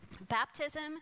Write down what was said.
Baptism